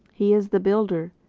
he is the builder,